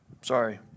sorry